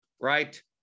right